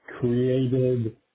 created